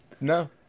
No